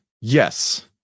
yes